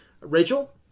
Rachel